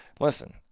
Listen